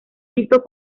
visto